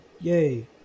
Yay